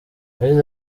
yagize